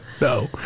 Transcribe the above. no